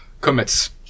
comets